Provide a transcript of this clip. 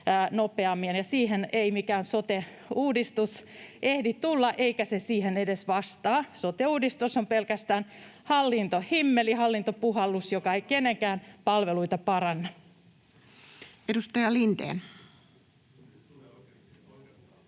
siihen ei mikään sote-uudistus ehdi tulla, eikä se siihen edes vastaa. Sote-uudistus on pelkästään hallintohimmeli, hallintopuhallus, joka ei kenenkään palveluita paranna. Edustaja Lindén.